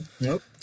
Nope